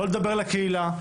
לא לדבר לקהילה,